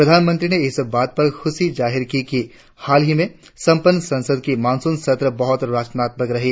प्रधानमंत्री ने इस बात पर खुशी जाहिर की कि हाल ही में संपन्न संसद का मॉनसून सत्र बहुत रचनात्मक रहा